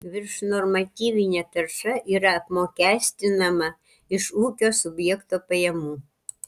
viršnormatyvinė tarša yra apmokestinama iš ūkio subjekto pajamų